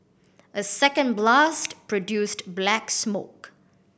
a second blast produced black smoke